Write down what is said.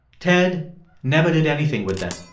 ted never did anything with them.